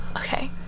okay